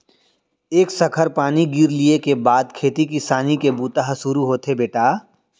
एक सखर पानी गिर लिये के बाद खेती किसानी के बूता ह सुरू होथे बेटा